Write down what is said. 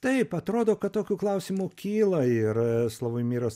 taip atrodo kad tokių klausimų kyla ir slavomiras